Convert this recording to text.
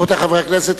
רבותי חברי הכנסת,